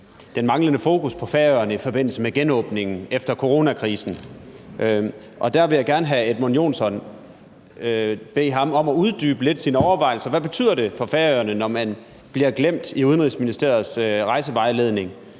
den manglende fokus på Færøerne i forbindelse med genåbningen efter coronakrisen. Der vil jeg gerne bede hr. Edmund Joensen om at uddybe sine overvejelser lidt om, hvad det betyder for Færøerne, når man bliver glemt i Udenrigsministeriets rejsevejledning.